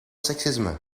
seksisme